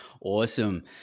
Awesome